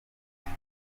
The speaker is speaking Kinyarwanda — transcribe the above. buki